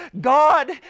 God